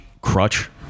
crutch